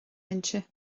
mbinse